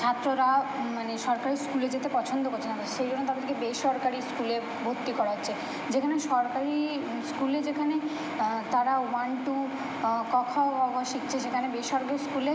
ছাত্ররা মানে সরকারি স্কুলে যেতে পছন্দ করছে না তা সেই জন্য তাদেরকে বেসরকারি স্কুলে ভর্তি করাচ্ছে যেখানে সরকারি স্কুলে যেখানে তারা ওয়ান টু ক খ গ ঘ শিখছে সেখানে বেসরকারি স্কুলে